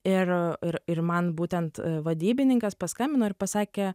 ir ir ir man būtent vadybininkas paskambino ir pasakė